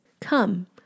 Come